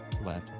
Let